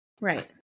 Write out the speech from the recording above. right